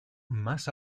más